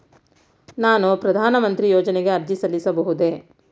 ನಾನು ಪ್ರಧಾನ ಮಂತ್ರಿ ಯೋಜನೆಗೆ ಅರ್ಜಿ ಸಲ್ಲಿಸಬಹುದೇ?